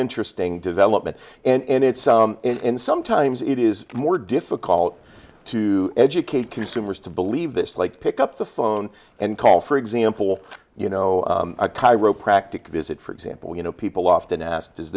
interesting development and it's and sometimes it is more difficult to educate consumers to believe this like pick up the phone and call for example you know a chiropractic visit for example you know people often ask